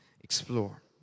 Explore